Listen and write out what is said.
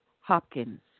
Hopkins